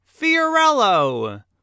Fiorello